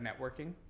networking